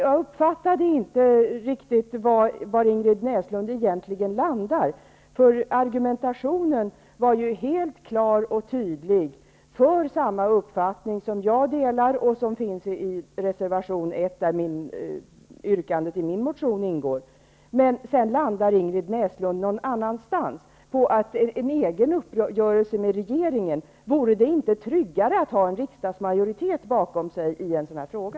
Jag uppfattade inte riktigt var Ingrid Näslund egentligen landar. Argumentationen var ju helt klar och tydlig för den uppfattning som jag har och som finns i reservation 1, där yrkandet i min motion ingår, men sedan landar Ingrid Näslund någon annanstans, på en egen uppgörelse med regeringen. Vore det inte tryggare att ha en riksdagsmajoritet bakom sig i en sådan här fråga?